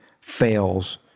fails